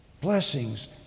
Blessings